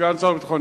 סגן שר הביטחון,